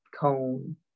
cone